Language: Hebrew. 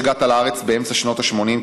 שהגעת לארץ באמצע שנות ה-80,